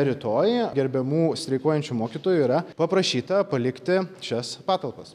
rytoj gerbiamų streikuojančių mokytojų yra paprašyta palikti šias patalpas